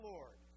Lord